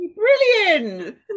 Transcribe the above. Brilliant